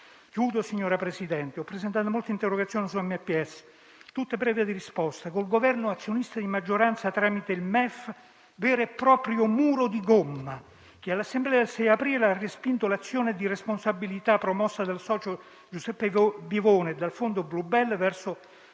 signora Presidente, ho presentato molte interrogazioni su MPS, tutte prive di risposta, col Governo azionista di maggioranza tramite il MEF, vero e proprio muro di gomma che, all'assemblea del 6 aprile, ha respinto l'azione di responsabilità promossa dal socio Giuseppe Bivona e dal fondo Bluebell verso